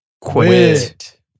Quit